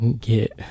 get